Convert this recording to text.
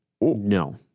No